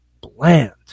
bland